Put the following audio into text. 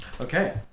Okay